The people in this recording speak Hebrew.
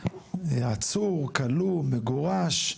עצור, כלוא, מגורש,